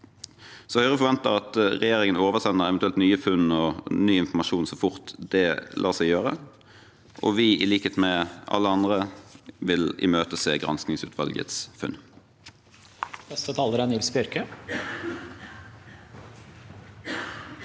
vår. Høyre forventer at regjeringen oversender eventuelle nye funn og ny informasjon så fort det lar seg gjøre, og vi, i likhet med alle andre, vil imøtese granskingsutvalgets funn.